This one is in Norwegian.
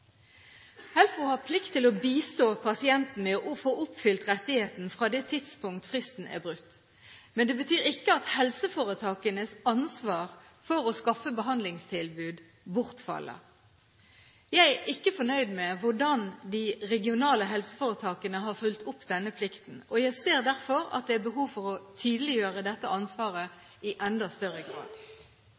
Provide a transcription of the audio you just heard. HELFO. HELFO har plikt til å bistå pasienten med å få oppfylt rettigheten fra det tidspunktet fristen er brutt. Men det betyr ikke at helseforetakenes ansvar for å skaffe behandlingstilbud bortfaller. Jeg er ikke fornøyd med hvordan de regionale helseforetakene har fulgt opp denne plikten. Jeg ser derfor at det er behov for å tydeliggjøre dette ansvaret i enda større grad.